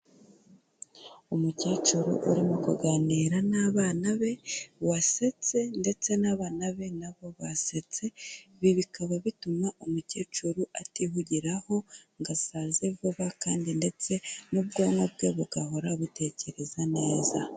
Umukecuru urimo kuganira n'abana be wasetse ndetse n'abana be na bo basetse, ibi bikaba bituma umukecuru atihugiraho ngo asaze vuba, kandi ndetse n'ubwonko bwe bugahora butekereza neza.